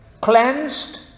Cleansed